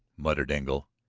muttered engle.